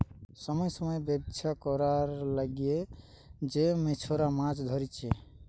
সময় সময় ব্যবছা করবার লিগে যে মেছোরা মাছ ধরতিছে